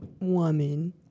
woman